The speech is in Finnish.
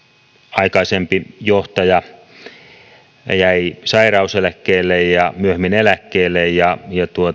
aikaisempi johtaja jäi sairauseläkkeelle ja myöhemmin eläkkeelle ja